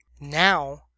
now